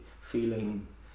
feeling